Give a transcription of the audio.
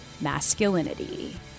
masculinity